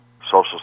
Social